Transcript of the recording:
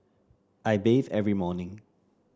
I bathe every morning